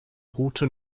route